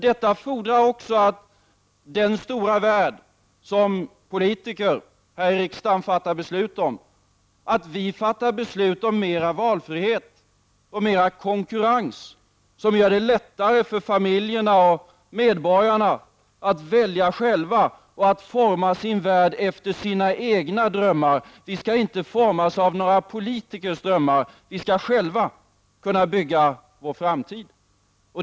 Detta fordrar också, när det gäller den stora värld som politiker här i riksdagen fattar beslut om, att vi fattar beslut om mera valfrihet och mera konkurrens, som gör det lättare för familjerna och medborgarna att välja själva och forma sin värld efter sina egna drömmar. Vi skall inte formas av några politikers drömmar, vi skall själva kunna bygga vår framtid.